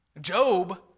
job